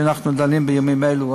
שאנחנו דנים בהן בימים אלו,